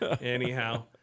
Anyhow